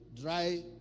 dry